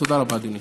תודה רבה, אדוני.